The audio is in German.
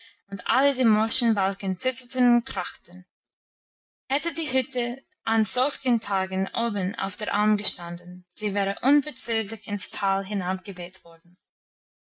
und alle die morschen balken zitterten und krachten hätte die hütte an solchen tagen oben auf der alm gestanden sie wäre unverzüglich ins tal hinabgeweht worden